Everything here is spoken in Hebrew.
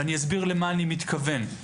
ואני אסביר למה אני מתכוון.